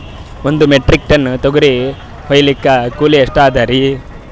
ಒಂದ್ metric ton ತೊಗರಿ ಹೋಯಿಲಿಕ್ಕ ಕೂಲಿ ಎಷ್ಟ ಅದರೀ?